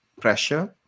pressure